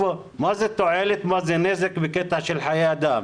מה זה תועלת מה זה נזק בקטע של חיי אדם?